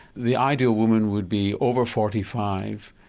the ideal woman would be over forty five,